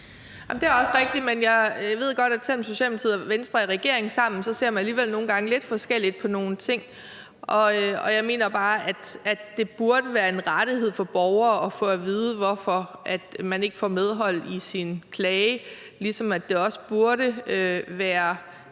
Det er også rigtigt, men jeg ved godt, at selv om Socialdemokratiet og Venstre er i regering sammen, ser man alligevel nogle gange lidt forskelligt på nogle ting. Og jeg mener bare, at det burde være en rettighed for borgere at få at vide, hvorfor de ikke får medhold i deres klager, ligesom det også burde være